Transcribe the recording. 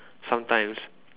sometimes